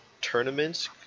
tournaments